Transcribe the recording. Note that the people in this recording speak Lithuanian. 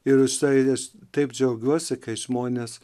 ir sėdęs taip džiaugiuosi kai žmonės